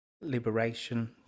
Liberation